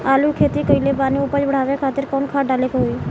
आलू के खेती कइले बानी उपज बढ़ावे खातिर कवन खाद डाले के होई?